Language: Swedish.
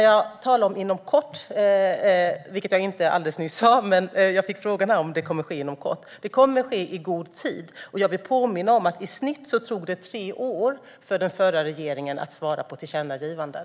Jag fick frågan om det kommer att ske inom kort. Svaret är att det kommer att ske i god tid. Jag vill påminna om att det i snitt tog tre år för den förra regeringen att svara på tillkännagivanden.